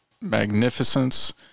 magnificence